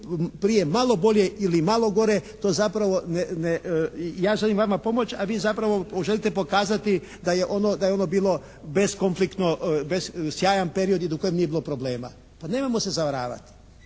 prije malo bolje ili malo gore to zapravo ne, ja želim vama pomoći a vi zapravo želite pokazati da je ono bilo bezkonfliktno, sjajan period u kojem nije bilo problema. Pa nemojmo se zavaravati.